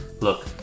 Look